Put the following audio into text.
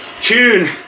tune